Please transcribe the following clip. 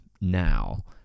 now